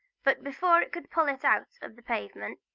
but before it could pull it out of the pavement,